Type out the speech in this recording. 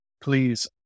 please